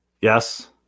Yes